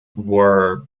were